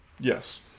Yes